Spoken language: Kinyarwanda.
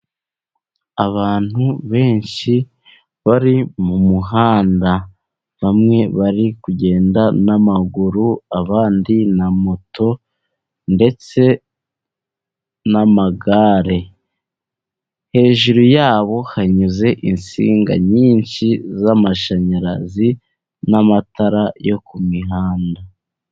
Abantu benshi bari mu muhanda . Bamwe bari kugenda n'amaguru ,abandi na moto ndetse n'amagare. Hejuru yabo hanyuze insinga nyinshi z'amashanyarazi n'amatara yo ku mihanda.